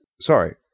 sorry